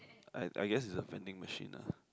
I I guess it's a vending machine lah